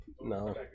no